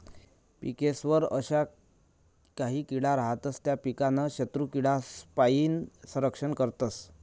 पिकेस्वर अशा काही किडा रातस त्या पीकनं शत्रुकीडासपाईन संरक्षण करतस